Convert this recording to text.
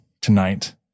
tonight